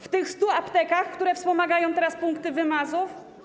W tych 100 aptekach, które wspomagają teraz punkty wymazów?